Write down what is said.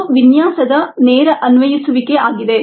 ಅದು ವಿನ್ಯಾಸದ ನೇರ ಅನ್ವಯಿಸುವಿಕೆ ಆಗಿದೆ